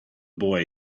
boy